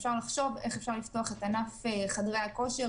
אפשר לחשוב איך אפשר לפתוח את ענף חדרי הכושר